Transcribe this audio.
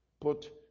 Put